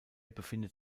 befindet